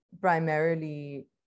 primarily